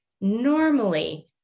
normally